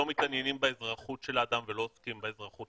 לא מתעניינים באזרחות של האדם ולא עוסקים באזרחות.